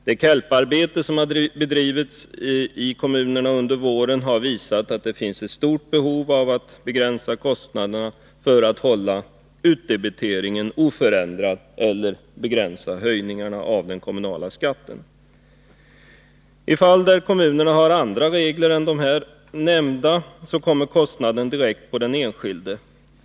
Det KELP-arbete som har bedrivits i kommunerna under våren har visat att det finns ett stort behov av att begränsa kostnaderna för att hålla utdebiteringen oförändrad eller begränsa höjningarna av den kommunala skatten. I fall där kommunerna har andra regler än de nu nämnda kommer kostnaden direkt att drabba den enskilde.